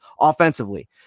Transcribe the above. offensively